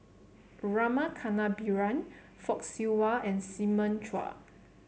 Rama Kannabiran Fock Siew Wah and Simon Chua